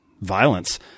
violence